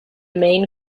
main